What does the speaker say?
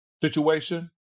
situation